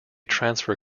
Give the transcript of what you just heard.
transfer